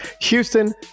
Houston